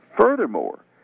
Furthermore